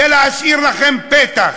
זה, להשאיר לכם פתח.